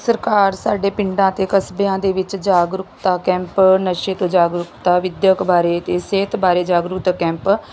ਸਰਕਾਰ ਸਾਡੇ ਪਿੰਡਾਂ ਅਤੇ ਕਸਬਿਆਂ ਦੇ ਵਿੱਚ ਜਾਗਰੂਕਤਾ ਕੈਂਪ ਨਸ਼ੇ ਤੋਂ ਜਾਗਰੂਕਤਾ ਵਿੱਦਿਅਕ ਬਾਰੇ ਅਤੇ ਸਿਹਤ ਬਾਰੇ ਜਾਗਰੂਕਤਾ ਕੈਂਪ